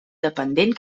dependent